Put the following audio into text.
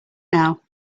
now